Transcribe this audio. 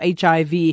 hiv